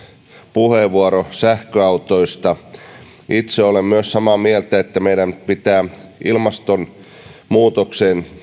puheenvuoro sähköautoista myös itse olen samaa mieltä että meidän pitää ottaa vastaan ilmastonmuutoksen